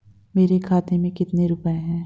मेरे खाते में कितने रुपये हैं?